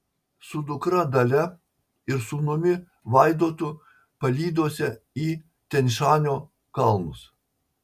su dukra dalia ir sūnumi vaidotu palydose į tian šanio kalnus